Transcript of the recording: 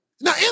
Now